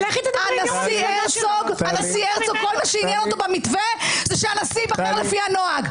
הנשיא הרצוג כל מה שעניין אותו במתווה זה שהנשיא ייבחר לפי הנוהג.